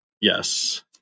Yes